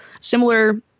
Similar